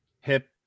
hip